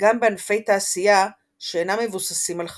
גם בענפי תעשייה שאינם מבוססים על חקלאות.